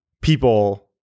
people